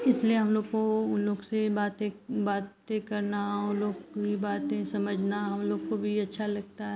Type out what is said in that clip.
इसलिए हमलोग को उन लोग से बातें बातें करना उन लोग की बातें समझना हमलोग को भी अच्छा लगता है